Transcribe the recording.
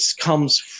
comes